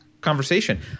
conversation